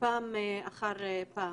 פעם אחרי פעם.